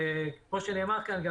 כמו שנאמר כאן,